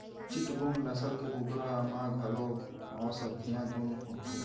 चिटगोंग नसल के कुकरा म घलौ औसधीय गुन होथे